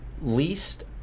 least